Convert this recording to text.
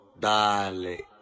dale